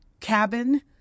Cabin